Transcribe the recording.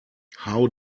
how